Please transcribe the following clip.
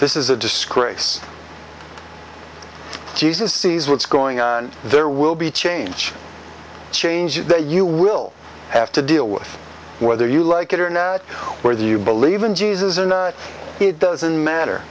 this is a disgrace jesus sees what's going on there will be change change that you will have to deal with whether you like it or not where you believe in jesus and it doesn't matter